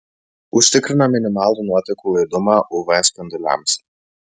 užtikrina minimalų nuotekų laidumą uv spinduliams